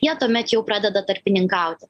jie tuomet jau pradeda tarpininkauti